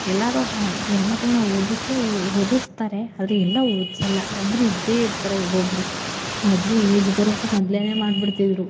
ಎಲ್ಲರೂ ಹಾಂ ಹೆಣ್ಮಕ್ಳನ್ನು ಓದಿಸ್ಲೇ ಓದಿಸ್ತಾರೆ ಆದರೆ ಎಲ್ಲ ಓದಿಸಲ್ಲ ಒಬ್ರು ಇದ್ದೇ ಇರ್ತಾರೆ ಒಬ್ಬೊಬ್ಬರು ಮೊದಲು ಏಜ್ ಬರೋಕ್ಕೂ ಮೊದಲೇನೆ ಮಾಡ್ಬಿಡ್ತಿದ್ದರು